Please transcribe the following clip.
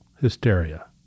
hysteria